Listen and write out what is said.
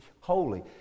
holy